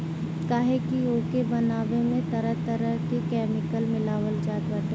काहे की ओके बनावे में तरह तरह के केमिकल मिलावल जात बाटे